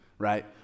right